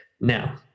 Now